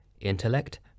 intellect